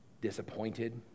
disappointed